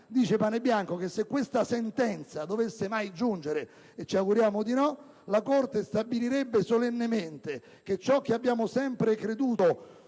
dice che se questa sentenza dovesse mai giungere, e ci auguriamo di no, la Corte stabilirebbe solennemente che ciò che abbiamo sempre creduto